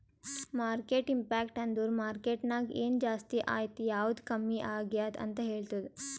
market impact ಅಂದುರ್ market ನಾಗ್ ಎನ್ ಜಾಸ್ತಿ ಆಯ್ತ್ ಯಾವ್ದು ಕಮ್ಮಿ ಆಗ್ಯಾದ್ ಅಂತ್ ಹೇಳ್ತುದ್